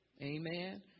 Amen